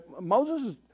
Moses